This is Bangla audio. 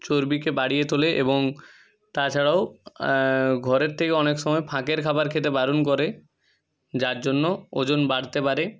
চর্বিকে বাড়িয়ে তোলে এবং তাছাড়াও ঘরের থেকেও অনেক সময় ফাঁকের খাবার খেতে বারণ করে যার জন্য ওজন বাড়তে পারে